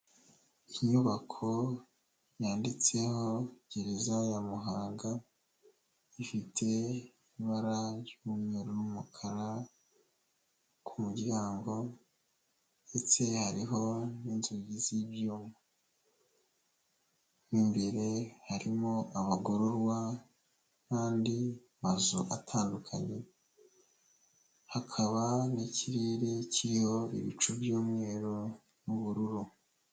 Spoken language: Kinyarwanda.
Inyubako yanditseho gereza ya Muhanga, ifite ibara ry'umweru n'umukara ku muryango ndetse hariho n'inzugi z'ibyuma, imbere harimo abagororwa n'andi mazu atandukanye, hakaba n'ikirere kiriho ibicu by'umweru n'ubururu.